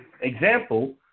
example